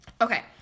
okay